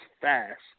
fast